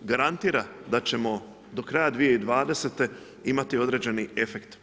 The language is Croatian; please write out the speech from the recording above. garantira da ćemo do kraja 2020. imati određeni efekt.